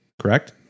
Correct